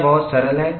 यह बहुत सरल है